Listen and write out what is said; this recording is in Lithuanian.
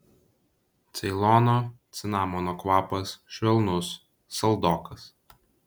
ceilono cinamono kvapas švelnus saldokas